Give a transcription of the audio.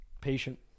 patient